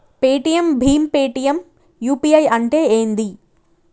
Paytm భీమ్ Paytm UPI అంటే ఏంది?